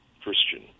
Christian